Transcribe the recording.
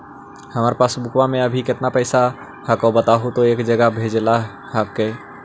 हमार पासबुकवा में अभी कितना पैसावा हक्काई बताहु तो एक जगह भेजेला हक्कई?